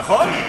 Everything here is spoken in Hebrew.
נכון.